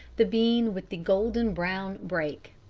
the bean with the golden-brown break.